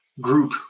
group